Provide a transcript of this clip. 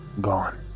gone